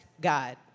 God